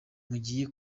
mugiye